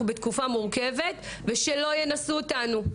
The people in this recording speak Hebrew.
אנחנו בתקופה מורכבת ושלא ינסו אותנו,